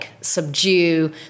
subdue